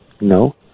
No